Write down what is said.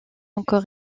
encore